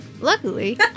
Luckily